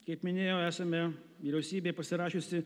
kaip minėjau esame vyriausybė pasirašiusi